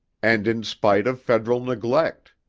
and in spite of federal neglect,